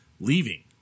leaving